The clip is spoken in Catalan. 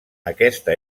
aquesta